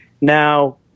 Now